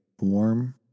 warm